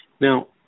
Now